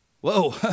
whoa